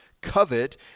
covet